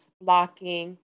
blocking